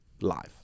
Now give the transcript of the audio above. live